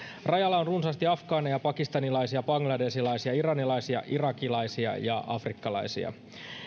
rajalla on runsaasti afgaaneja pakistanilaisia bangladeshilaisia iranilaisia irakilaisia ja afrikkalaisia